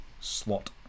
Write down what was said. slot